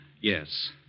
Yes